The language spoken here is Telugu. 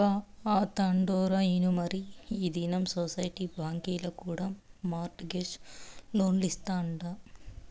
బా, ఆ తండోరా ఇనుమరీ ఈ దినం సొసైటీ బాంకీల కూడా మార్ట్ గేజ్ లోన్లిస్తాదంట